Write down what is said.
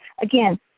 Again